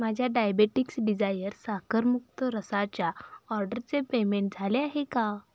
माझ्या diabetics desire साखरमुक्त रसाच्या ऑर्डरचे पेमेंट झाले आहे का